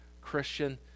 Christian